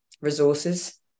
resources